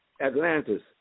Atlantis